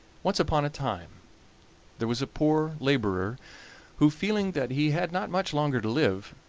once upon a time there was a poor laborer who, feeling that he had not much longer to live,